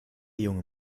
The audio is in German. junge